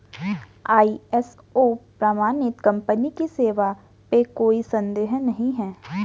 ISO प्रमाणित company की सेवा पे कोई संदेह नहीं है